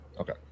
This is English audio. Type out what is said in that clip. Okay